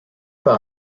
par